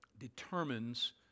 determines